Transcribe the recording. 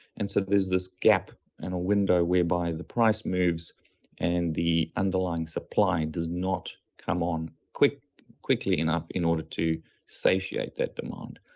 and so there's this gap and a window whereby the price moves and the underlying supply and does not come on quickly quickly enough in order to satiate that demand.